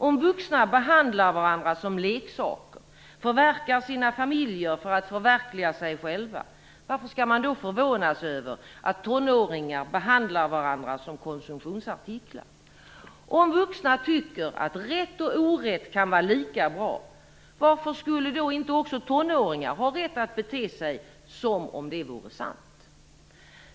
Om vuxna behandlar varandra som leksaker, förverkar sina familjer för att förverkliga sig själva, varför skall man då förvånas över att tonåringar behandlar varandra som konsumtionsartiklar? Om vuxna tycker att rätt och orätt kan vara lika bra, varför skulle då inte också tonåringar ha rätt att bete sig som om det vore sant?"